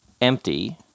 empty